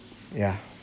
yeah